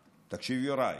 תקשיב, יוראי,